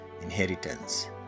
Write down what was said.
inheritance